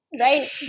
right